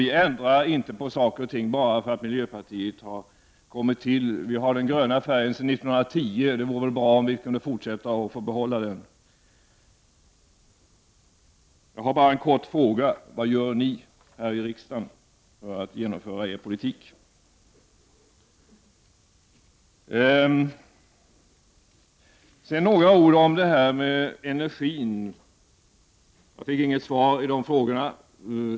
Vi ändrar inte på saker och ting bara därför att miljöpartiet har kommit till. Vi har haft den gröna färgen sedan 1910, och det är bra om vi kan få behålla den även i fortsättningen. Låt mig fråga miljöpartiet: Vad gör ni här i riksdagen för att genomföra er politik? Jag skall sedan säga några ord i ämnet energi. Jag fick inga svar på mina frågor.